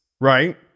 Right